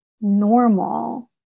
normal